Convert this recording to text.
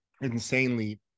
insanely